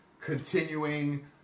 continuing